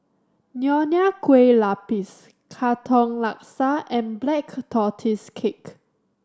Nonya Kueh Lapis Katong Laksa and Black Tortoise Cake